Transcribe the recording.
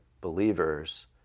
believers